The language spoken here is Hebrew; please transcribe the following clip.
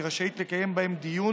והיא רשאית לקיים דיון